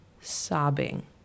sobbing